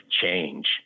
change